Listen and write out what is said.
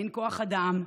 אין כוח אדם,